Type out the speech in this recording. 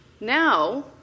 Now